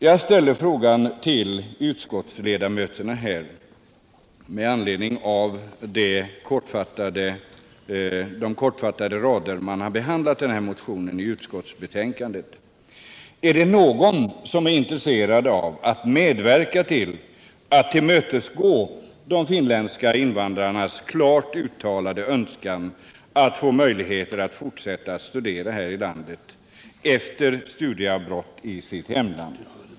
Med anledning av de kortfattade rader med vilka man i utskottsbetänkandet har behandlat denna motion ställer jag följande fråga till utskottsledamöterna här: Är någon intresserad av att medverka till att tillmötesgå de finländska invandrarnas klart uttalade önskan att få möjligheter att fortsätta studera här i landet efter studieavbrott i sitt hemland?